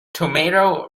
tomato